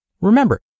Remember